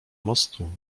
mostu